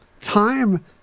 time